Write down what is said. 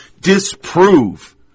disprove